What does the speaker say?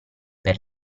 per